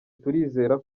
turizera